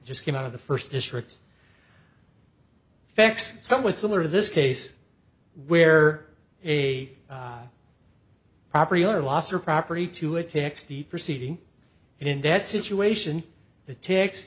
just came out of the first district facts somewhat similar to this case where a property owner lost her property to a tax the proceeding and in that situation the t